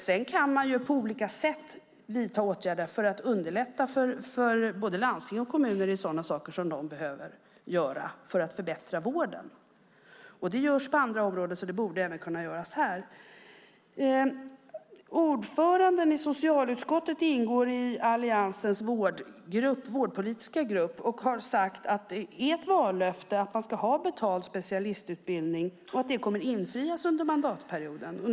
Sedan kan man på olika sätt vidta åtgärder för att underlätta för både landsting och kommuner i sådana saker som de behöver göra för att förbättra vården. Det görs på andra områden, så det borde även kunna göras här. Ordföranden i socialutskottet ingår i Alliansens vårdpolitiska grupp och har sagt att det är ett vallöfte att man ska ha betald specialistutbildning och att det kommer att infrias under mandatperioden.